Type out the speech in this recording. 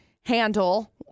handle